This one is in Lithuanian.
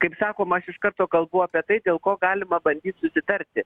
kaip sakoma aš iš karto kalbu apie tai dėl ko galima bandyt susitarti